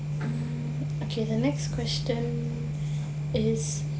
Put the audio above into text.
okay the next question is